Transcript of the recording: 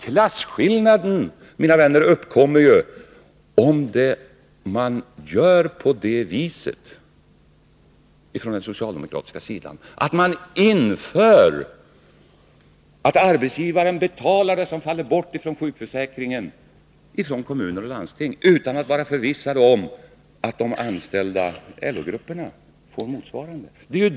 Klasskillnaden, mina vänner, uppkommer om man från den socialdemokratiska sidan inför att arbetsgivare inom kommuner och landsting betalar det som faller bort från sjukförsäkringen utan att vara förvissade om att LO-grupperna inom industrin får motsvarande förmån.